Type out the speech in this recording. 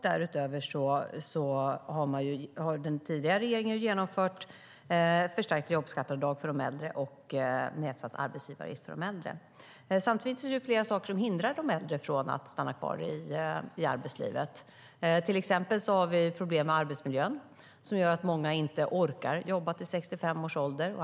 Därutöver har den tidigare regeringen genomfört ett förstärkt jobbskatteavdrag för de äldre liksom nedsatt arbetsgivaravgift för de äldre. Samtidigt finns det flera saker som hindrar de äldre från att stanna kvar i arbetslivet. Till exempel har vi problem med arbetsmiljön som gör att många inte orkar jobba till 65 års ålder.